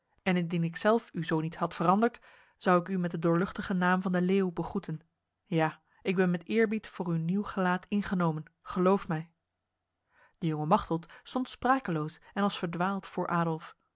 en indien ik zelf u zo niet had veranderd zou ik u met de doorluchtige naam van de leeuw begroeten ja ik ben met eerbied voor uw nieuw gelaat ingenomen geloof mij de jonge machteld stond sprakeloos en als verdwaald voor adolf